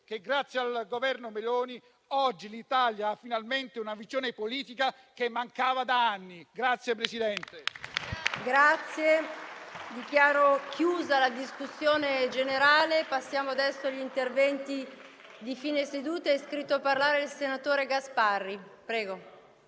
grazie al Governo Meloni, oggi l'Italia ha finalmente una visione politica che mancava da anni.